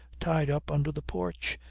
tied up under the porch,